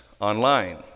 online